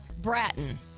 Bratton